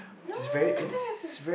no that's his